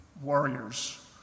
warriors